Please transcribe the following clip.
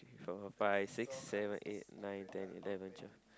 four five six seven eight nine ten eleven twelve